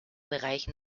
bereichen